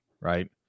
right